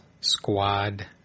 Squad